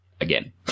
again